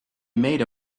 made